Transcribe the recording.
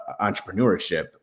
entrepreneurship